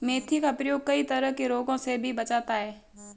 मेथी का प्रयोग कई तरह के रोगों से भी बचाता है